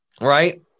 Right